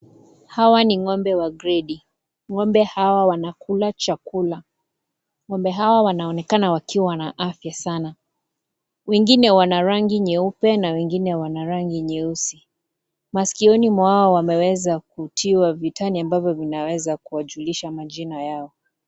Hawa ni ng'ombe wa grade ng'ombe Hawa wanakula chakula, ng'ombe Hawa wanaonekana wakiwa na afya sana. Wengine Wana rangi nyeupe wengine wana rangi nyeusi maskioni mwao wameweza kutiwa vitani ambao wanaweza kujulisha majina yao.